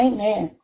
Amen